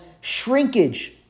shrinkage